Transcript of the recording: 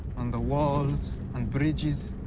on the walls, on bridges,